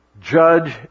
Judge